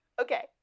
Okay